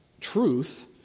truth